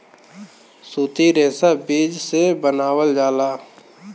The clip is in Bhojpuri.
सूती रेशा बीज से बनावल जाला